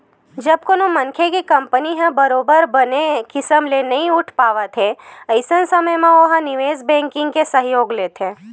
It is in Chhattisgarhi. जब कोनो मनखे के कंपनी ह बरोबर बने किसम ले नइ उठ पावत हे अइसन समे म ओहा निवेस बेंकिग के सहयोग लेथे